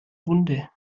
runde